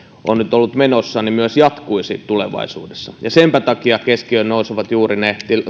on nyt ollut menossa myös jatkuisi tulevaisuudessa senpä takia keskiöön nousevat juuri ne